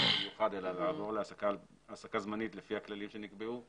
חוזה מיוחד אלא לעבור להעסקה זמנית לפי הכללים שנקבעו